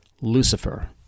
Lucifer